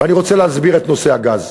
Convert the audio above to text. ואני רוצה להסביר את נושא הגז.